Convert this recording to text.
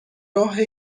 راه